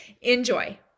Enjoy